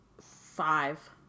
Five